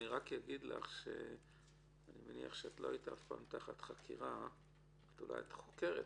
אני מניח שאת לא היית אף פעם תחת חקירה למרות שאת חוקרת.